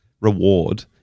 reward